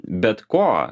bet ko